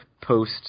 post